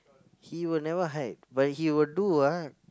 he will never hide but he will do ah